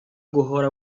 guhora